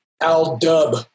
al-dub